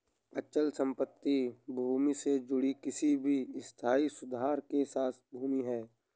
अचल संपत्ति भूमि से जुड़ी किसी भी स्थायी सुधार के साथ भूमि है